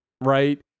right